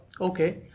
okay